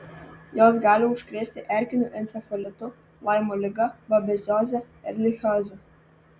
jos gali užkrėsti erkiniu encefalitu laimo liga babezioze erlichioze